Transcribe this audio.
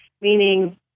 meaning